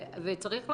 וצריך לחשוב.